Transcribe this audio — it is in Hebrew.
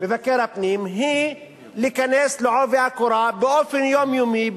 הפנים הוא להיכנס בעובי הקורה באופן יומיומי,